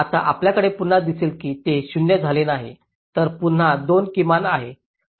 आता आपल्याकडे पुन्हा दिसले की ते 0 झाले नाही तर पुन्हा 2 किमान आहे